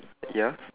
ya